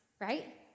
right